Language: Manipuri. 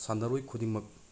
ꯁꯥꯟꯅꯔꯣꯏ ꯈꯨꯗꯤꯡꯃꯛ